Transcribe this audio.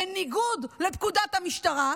בניגוד לפקודת המשטרה,